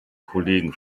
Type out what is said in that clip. kollegen